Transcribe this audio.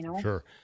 Sure